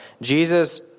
Jesus